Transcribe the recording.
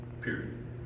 Period